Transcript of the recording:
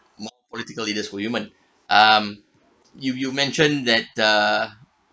more political leaders were women um you you mentioned that uh